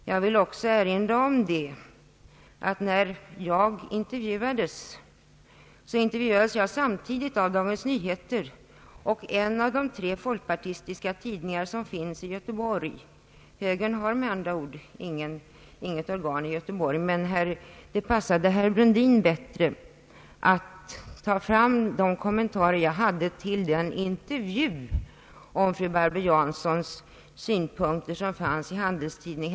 Jag vill också erinra om att när jag intervjuades, intervjuades jag samtidigt av journalister från Dagens Nyheter och en av de tre folkpartistiska tidningar som finns i Göteborg — högern har med andra ord inte något organ i Göteborg. Det passade dock herr Brundin bättre att ta fram de kommentarer som jag gjorde till den intervju om fru Barbro Janssons synpunkter som återgavs i Handelstidningen.